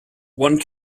one